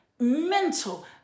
mental